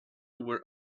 were